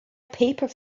paper